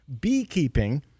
beekeeping